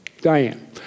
Diane